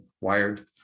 Wired